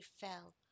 fell